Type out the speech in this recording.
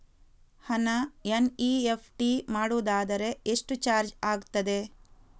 ಹಣ ಎನ್.ಇ.ಎಫ್.ಟಿ ಮಾಡುವುದಾದರೆ ಎಷ್ಟು ಚಾರ್ಜ್ ಆಗುತ್ತದೆ?